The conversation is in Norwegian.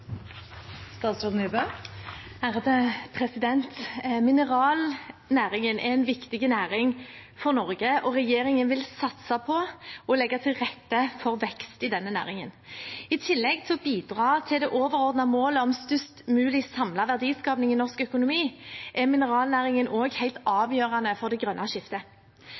en viktig næring for Norge, og regjeringen vil satse på å legge til rette for vekst i denne næringen. I tillegg til å bidra til det overordnede målet om størst mulig samlet verdiskaping i norsk økonomi er mineralnæringen også helt avgjørende for det grønne skiftet.